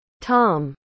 tom